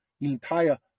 entire